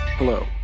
Hello